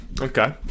okay